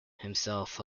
himself